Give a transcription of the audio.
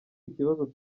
ikibazo